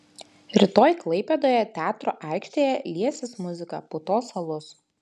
rytoj klaipėdoje teatro aikštėje liesis muzika putos alus